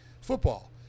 Football